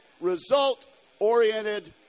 result-oriented